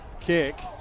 kick